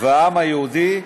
והעם היהודי.